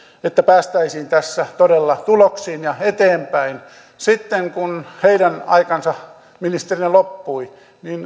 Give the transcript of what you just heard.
että päästäisiin tässä todella tuloksiin ja eteenpäin sitten kun heidän aikansa ministereinä loppui niin